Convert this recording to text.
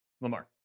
Lamar